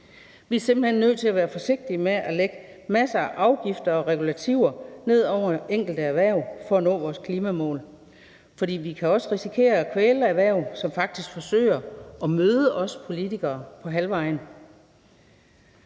Vi er simpelt hen nødt til at være forsigtige med at lægge masser af afgifter og regulativer ned over et enkelt erhverv for at nå vores klimamål. For vi kan også risikere at kvæle et erhverv, som faktisk forsøger at møde os politikere på halvvejen.